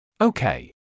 Okay